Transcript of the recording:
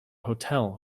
hotel